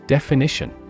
Definition